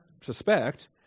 suspect